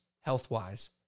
health-wise